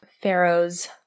Pharaoh's